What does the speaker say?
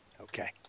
Okay